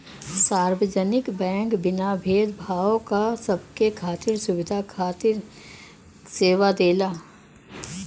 सार्वजनिक बैंक बिना भेद भाव क सबके खातिर सुविधा खातिर सेवा देला